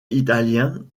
italien